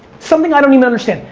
something i don't even understand,